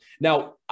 Now